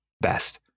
best